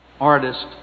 artist